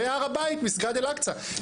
הר הבית ומסגד אל-אקצא.